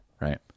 Right